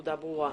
הנקודה ברורה.